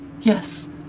Yes